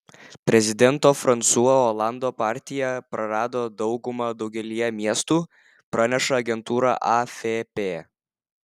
prezidento fransua olando partija prarado daugumą daugelyje miestų praneša agentūra afp